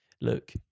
Look